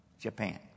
Japan